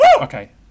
Okay